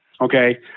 Okay